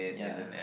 ya